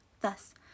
Thus